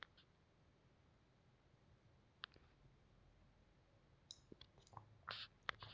plastic ಹೊದಿಕೆ ಬಳಸಕೊಂಡ ಹಣ್ಣು ತರಕಾರಿ ಬೆಳೆಯುದು